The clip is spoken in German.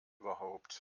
überhaupt